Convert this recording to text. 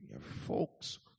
Folks